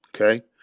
Okay